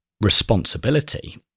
responsibility